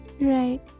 Right